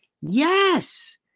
Yes